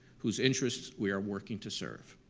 whose interests we are working to serve.